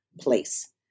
place